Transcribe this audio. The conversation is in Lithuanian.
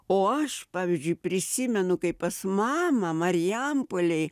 o aš pavyzdžiui prisimenu kaip pas mamą marijampolėj